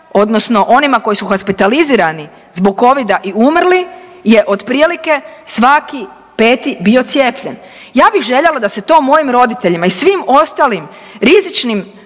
odnosno onima koji su hospitalizirani zbog covida i umrli je otprilike svaki peti bio cijepljen. Ja bih željela da se to mojim roditeljima i svim ostalim rizičnim